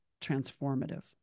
transformative